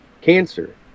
cancer